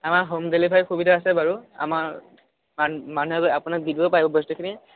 আমাৰ হোম ডেলিভাৰীৰ সুবিধা আছে বাৰু আমাৰ মানুহে আপোনাক দি দিব পাৰিব বস্তুখিনি